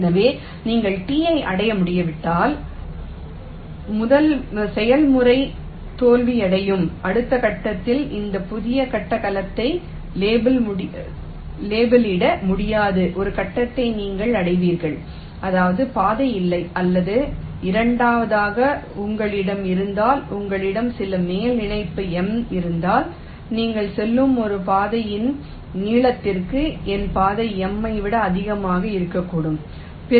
எனவே நீங்கள் T ஐ அடைய முடியாவிட்டால் செயல்முறை தோல்வியடையும் அடுத்த கட்டத்தில் எந்த புதிய கட்ட கலத்தையும் லேபிளிட முடியாத ஒரு கட்டத்தை நீங்கள் அடைவீர்கள் அதாவது பாதை இல்லை அல்லது இரண்டாவதாக உங்களிடம் இருந்தால் உங்களிடம் சில மேல் பிணைப்பு M இருந்தால் நீங்கள் சொல்லும் ஒரு பாதையின் நீளத்திற்கு என் பாதை M ஐ விட அதிகமாக இருக்கக்கூடாது